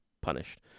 punished